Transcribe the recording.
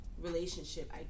relationship